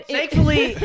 thankfully